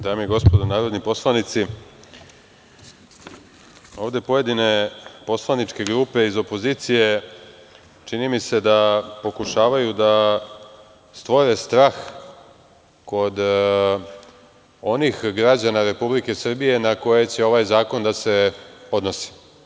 Dame i gospodo narodni poslanici, ovde pojedine poslaničke grupe iz opozicije, čini mi se, pokušavaju da stvore strah kod onih građana Republike Srbije na koje će ovaj zakon da se odnosi.